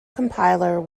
compiler